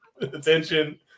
attention